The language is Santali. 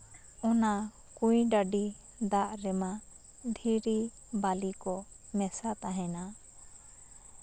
ᱚᱱᱟ ᱠᱩᱧ ᱰᱟᱹᱰᱤ ᱫᱟᱜ ᱨᱮᱢᱟ ᱫᱷᱤᱨᱤ ᱵᱟᱞᱤ ᱠᱚ ᱢᱮᱥᱟ ᱛᱟᱦᱮᱱᱟ